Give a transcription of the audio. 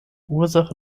ursache